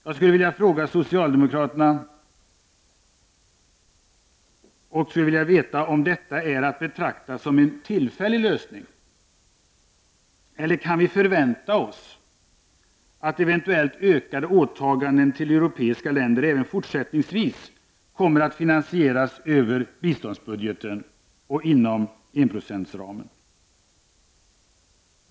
Jag skulle vilja fråga socialdemokraterna om detta är att betrakta som en tillfällig lösning eller om vi kan förvänta oss att eventuella ökande åtaganden till europeiska länder även fortsättningsvis kommer att finansieras över biståndsbudgeten och inom enprocentsramen.